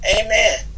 amen